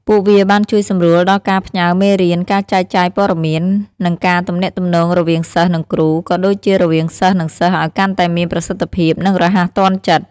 ពួកវាបានជួយសម្រួលដល់ការផ្ញើរមេរៀន ការចែកចាយព័ត៌មាន និងការទំនាក់ទំនងរវាងសិស្ស និងគ្រូ ក៏ដូចជារវាងសិស្សនិងសិស្សឲ្យកាន់តែមានប្រសិទ្ធភាព និងរហ័សទាន់ចិត្ត។